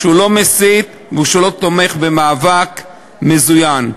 שהוא לא מסית ולא תומך במאבק מזוין.